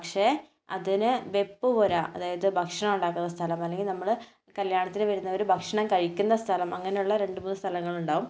പക്ഷേ അതിന് വെപ്പ് പുര അതായത് ഭക്ഷണം ഉണ്ടാകുന്ന സ്ഥലം അല്ലെങ്കിൽ നമ്മൾ കല്യാണത്തിന് വരുന്നവർ ഭക്ഷണം കഴിക്കുന്ന സ്ഥലം അങ്ങനെയുള്ള രണ്ടു മൂന്നു സ്ഥലങ്ങൾ ഉണ്ടാകും